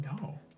No